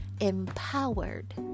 empowered